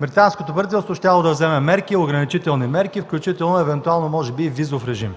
Британското правителство щяло да вземе ограничителни мерки, включително евентуално може би и визов режим.